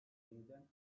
yeniden